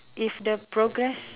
if the progress